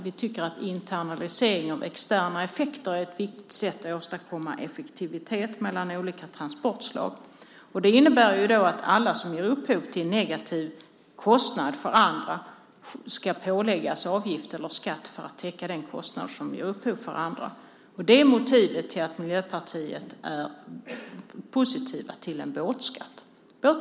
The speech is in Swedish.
Vi tycker nämligen att internaliseringen av externa effekter är ett viktigt sätt att åstadkomma effektivitet mellan olika transportslag. Det innebär att alla som ger upphov till en kostnad för andra ska åläggas en avgift eller skatt för att den kostnad som uppstår för andra ska täckas. Det är motivet till att vi i Miljöpartiet är positiva till en båtskatt.